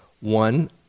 One